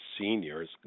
seniors